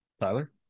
Tyler